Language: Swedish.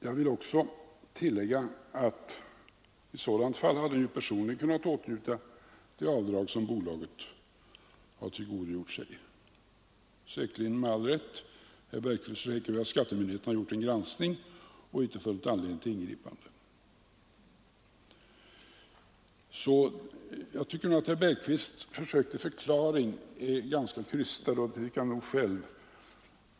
Jag vill också tillägga att i sådant fall hade ju personen kunnat åtnjuta det avdrag som bolaget tillgodogjort sig — säkerligen med all rätt, eftersom herr Bergqvist säger att skattemyndigheterna gjort en granskning och inte funnit anledning till ingripande. Jag tycker att herr Bergqvists försök till förklaring är ganska krystat — och det tycker han nog själv.